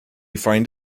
find